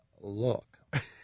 look